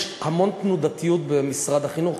יש המון תנודתיות במשרד החינוך.